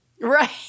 Right